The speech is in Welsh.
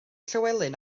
llywelyn